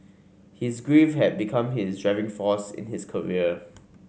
his grief had become his driving force in his career